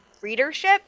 readership